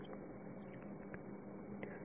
विद्यार्थी epsilon S